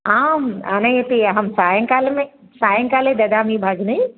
आम् आनयति अहं सायङ्कालं सायङ्काले ददामि भगिनी